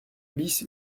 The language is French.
bis